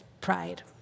pride